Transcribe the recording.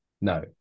No